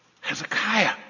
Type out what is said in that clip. Hezekiah